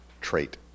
trait